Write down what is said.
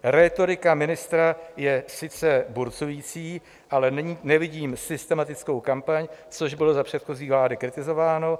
Rétorika ministra je sice burcující, ale nevidím systematickou kampaň, což bylo za předchozí vlády kritizováno.